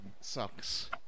sucks